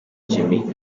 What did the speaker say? jimmy